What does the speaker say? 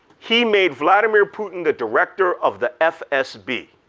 he made vladimir putin the director of the fsb.